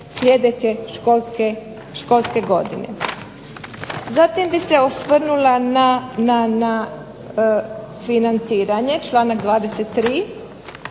sljedeće školske godine. Zatim bih se osvrnula na financiranje, članak 23.